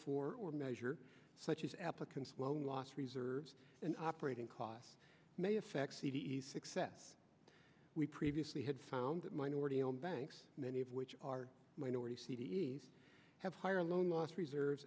for or measure such as applicants loan loss reserves and operating costs may affect c d e success we previously had found that minority owned banks many of which are minority c d s have higher loan loss reserves